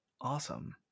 Awesome